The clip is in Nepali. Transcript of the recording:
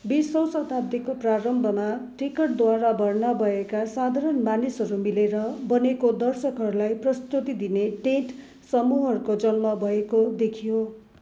बिसौँ शताब्दीको प्रारम्भमा टिकटद्वारा भर्ना भएका साधारण मानिसहरू मिलेर बनेको दर्शकहरूलाई प्रस्तुति दिने टेट समूहहरूको जन्म भएको देखियो